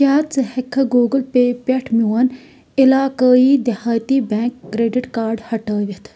کیٛاہ ژٕ ہٮ۪کہٕ گوٗگٕل پے پٮ۪ٹھ میون عِلاقٲیی دِہاتی بیٚنٛک کرٛیٚڈِٹ کارڈ ہٹٲوِتھ